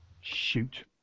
Shoot